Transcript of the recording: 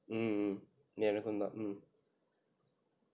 mm எனக்கும் தான்:enakkum thaan mm